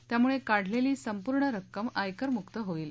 त्यामुळे काढलेली संपूर्ण रक्कम आयकरमुक्त होईल